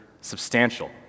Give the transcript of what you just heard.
substantial